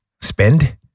spend